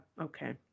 okay